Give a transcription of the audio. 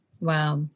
Wow